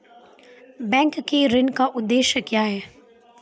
Bank के ऋण का उद्देश्य क्या हैं?